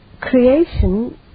Creation